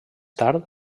tard